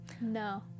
No